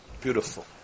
Beautiful